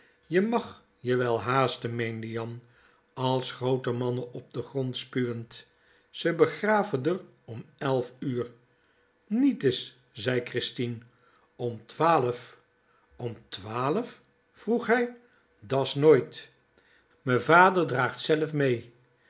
je mag je wel haaste meende jan als groote mannen op den grond spuwend ze begrave d'r om elf uur nietes zei christien om twààlef om twààlef vroeg hij da's nooit me vader draagt zellef mee